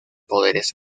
poderes